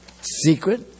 secret